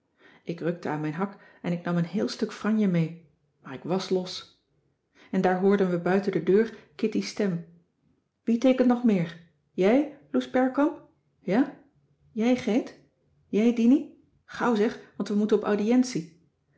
ik rukte aan mijn hak en ik nam een heel stuk franje mee maar ik wàs los en daar hoorden we buiten de deur kitty's stem wie teekent nog meer jij lous perlkamp ja jij greet jij dinie gauw zeg want we moeten op audientie